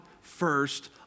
first